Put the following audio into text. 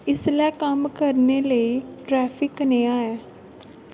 इसलै कम्म करने लेई ट्रैफिक कनेहा ऐ